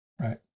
right